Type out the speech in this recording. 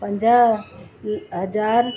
पंज हज़ार